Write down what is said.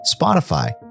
Spotify